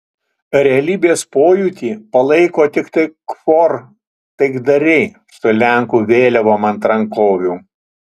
realybės pojūtį palaiko tiktai kfor taikdariai su lenkų vėliavom ant rankovių